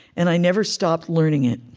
and i never stopped learning it.